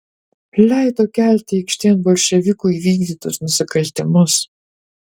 leido kelti aikštėn bolševikų įvykdytus nusikaltimus